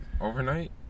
Overnight